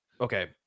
okay